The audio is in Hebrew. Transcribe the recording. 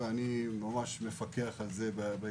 ואני מפקח על זה בהיקפים.